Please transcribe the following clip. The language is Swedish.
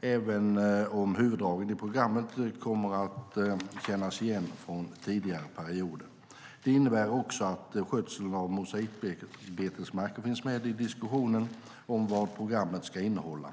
även om huvuddragen i programmet kommer att kännas igen från tidigare perioder. Det innebär också att skötsel av mosaikbetesmarker finns med i diskussionen om vad programmet ska innehålla.